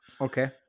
Okay